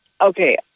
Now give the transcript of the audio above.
okay